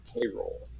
payroll